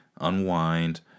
Unwind